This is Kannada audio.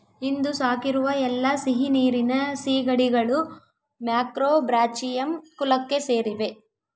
ಇಂದು ಸಾಕಿರುವ ಎಲ್ಲಾ ಸಿಹಿನೀರಿನ ಸೀಗಡಿಗಳು ಮ್ಯಾಕ್ರೋಬ್ರಾಚಿಯಂ ಕುಲಕ್ಕೆ ಸೇರಿವೆ